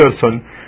person